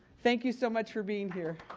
thank you so much for being here.